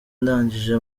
ndagije